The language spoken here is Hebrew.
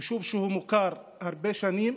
יישוב שמוכר הרבה שנים,